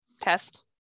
test